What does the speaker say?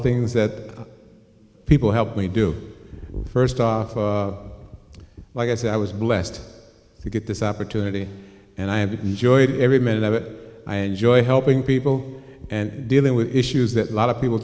things that people help me do first off like i said i was blessed to get this opportunity and i am to enjoy every minute of it i enjoy helping people and dealing with issues that lot of people